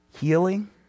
healing